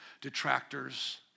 detractors